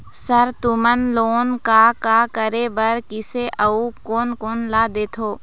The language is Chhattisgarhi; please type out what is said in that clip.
सर तुमन लोन का का करें बर, किसे अउ कोन कोन ला देथों?